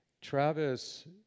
Travis